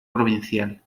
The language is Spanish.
provincial